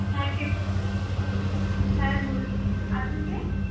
হ্যাঁ কে বলছেন হ্যাঁ বলছি আপনি কে